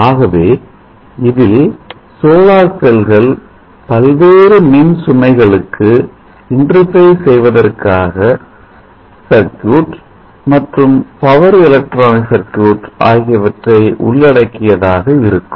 ஆகவே இதில் சோலார் செல்கள் பல்வேறு மின்சுமை களுக்கு இன்டர்பேஸ் செய்வதற்காக சர்க்யூட் மற்றும் பவர் எலக்ட்ரானிக் சர்க்யூட் ஆகியவற்றை உள்ளடக்கியதாக இருக்கும்